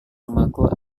rumahku